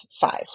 five